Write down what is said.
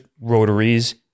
rotaries